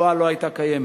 השואה לא היתה מתקיימת.